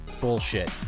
Bullshit